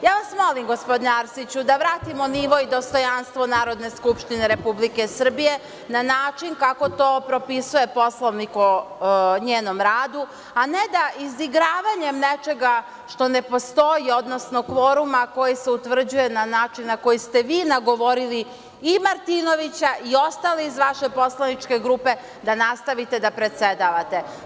Molim vas gospodine Arsiću da vratimo nivo i dostojanstvo Narodne skupštine Republike Srbije na način kako to propisuje Poslovnik o njenom radu, a ne da izigravanjem nečega što ne postoji, odnosno kvoruma koji se utvrđuje na način na koji ste vi nagovorili i Martinovića i ostale iz vaše poslaničke grupe da nastavite da predsedavate.